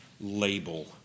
label